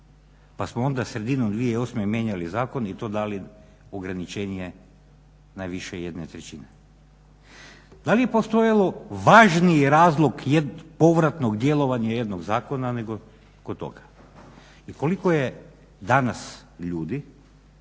pa samo onda sredinom 2008.mijenjali zakon i to dali ograničenje najviše jedne trećine. Da li je postojalo važniji razlog povratnog djelovanja jednog zakona nego kod toga? Koliko je danas ljudi